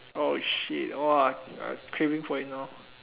oh shit craving for it now